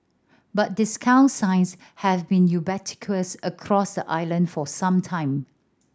but discount signs have been ubiquitous across the island for some time